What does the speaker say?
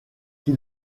qui